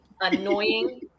annoying